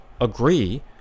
agree